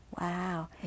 Wow